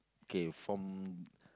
K from